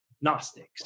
Gnostics